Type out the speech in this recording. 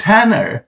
Tanner